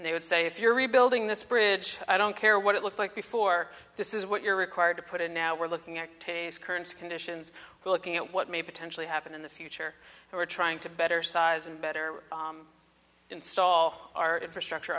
and they would say if you're rebuilding this bridge i don't care what it looks like before this is what you're required to put in now we're looking at today's current conditions we're looking at what may potentially happen in the future who are trying to better size and better install our infrastructure